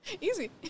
easy